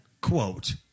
quote